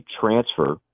transfer